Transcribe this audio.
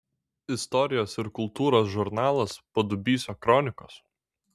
istorijos ir kultūros žurnalas padubysio kronikos